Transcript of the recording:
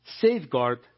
safeguard